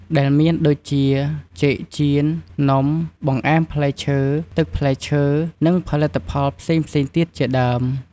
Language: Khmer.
ដែលមានដូចជាចេកចៀន នំ បង្អែមផ្លែឈើ ទឹកផ្លែឈើ និងផលិតផលផ្សេងៗទៀតជាដើម។